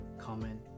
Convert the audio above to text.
comment